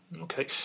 Okay